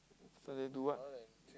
Sunday do what